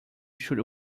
should